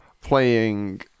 playing